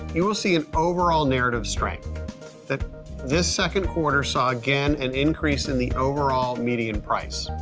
you will see an overall narrative strength that this second quarter saw again an increase in the overall median price.